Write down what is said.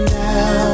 now